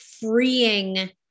freeing